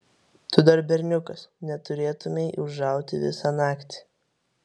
tu dar berniukas neturėtumei ūžauti visą naktį